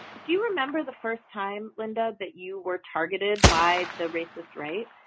do you remember the first time linda that you were targeted by the racist, right?